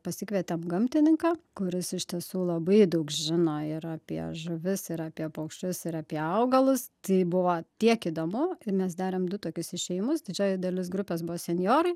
pasikvietėm gamtininką kuris iš tiesų labai daug žino ir apie žuvis ir apie paukščius ir apie augalus tai buvo tiek įdomu ir mes darėm du tokius išėjimus didžioji dalis grupės buvo senjorai